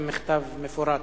עם מכתב מפורט.